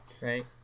Right